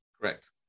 Correct